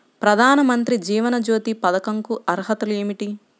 ప్రధాన మంత్రి జీవన జ్యోతి పథకంకు అర్హతలు ఏమిటి?